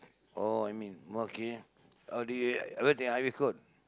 oh I mean okay how do you highway code